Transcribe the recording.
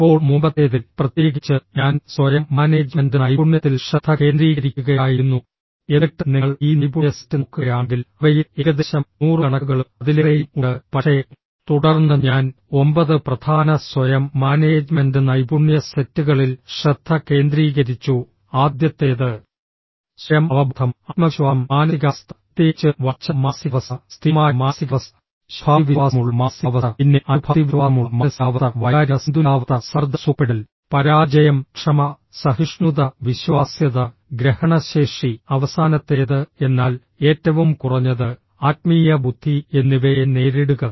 ഇപ്പോൾ മുമ്പത്തേതിൽ പ്രത്യേകിച്ച് ഞാൻ സ്വയം മാനേജ്മെന്റ് നൈപുണ്യത്തിൽ ശ്രദ്ധ കേന്ദ്രീകരിക്കുകയായിരുന്നു എന്നിട്ട് നിങ്ങൾ ഈ നൈപുണ്യ സെറ്റ് നോക്കുകയാണെങ്കിൽ അവയിൽ ഏകദേശം നൂറുകണക്കുകളും അതിലേറെയും ഉണ്ട് പക്ഷേ തുടർന്ന് ഞാൻ 9 പ്രധാന സ്വയം മാനേജ്മെന്റ് നൈപുണ്യ സെറ്റുകളിൽ ശ്രദ്ധ കേന്ദ്രീകരിച്ചു ആദ്യത്തേത് സ്വയം അവബോധം ആത്മവിശ്വാസം മാനസികാവസ്ഥ പ്രത്യേകിച്ച് വളർച്ചാ മാനസികാവസ്ഥ സ്ഥിരമായ മാനസികാവസ്ഥ ശുഭാപ്തിവിശ്വാസമുള്ള മാനസികാവസ്ഥ പിന്നെ അശുഭാപ്തിവിശ്വാസമുള്ള മാനസികാവസ്ഥ വൈകാരിക സന്തുലിതാവസ്ഥ സമ്മർദ്ദം സുഖപ്പെടുത്തൽ പരാജയം ക്ഷമ സഹിഷ്ണുത വിശ്വാസ്യത ഗ്രഹണശേഷി അവസാനത്തേത് എന്നാൽ ഏറ്റവും കുറഞ്ഞത് ആത്മീയ ബുദ്ധി എന്നിവയെ നേരിടുക